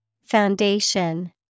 Foundation